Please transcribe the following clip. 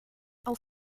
auf